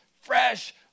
fresh